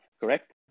Correct